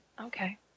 Okay